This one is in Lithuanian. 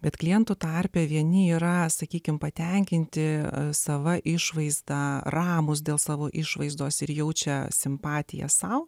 bet klientų tarpe vieni yra sakykime patenkinti savo išvaizda ramūs dėl savo išvaizdos ir jaučia simpatiją sau